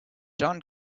john